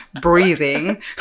breathing